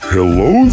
Hello